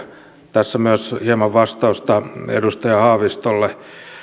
tässä myös hieman vastausta edustaja haavistolle